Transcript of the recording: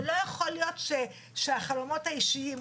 ולא יכול להיות שהחלומות האישיים,